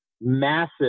massive